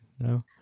No